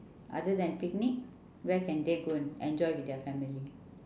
other than picnic where can they go and enjoy with their family